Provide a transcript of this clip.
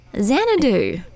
Xanadu